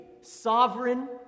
sovereign